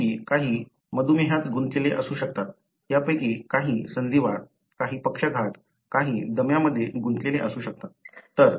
त्यापैकी काही मधुमेहात गुंतलेले असू शकतात त्यापैकी काही संधिवात काही पक्षाघात काही दम्यामध्ये गुंतलेले असू शकतात